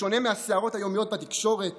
בשונה מהסערות היומיות בתקשורת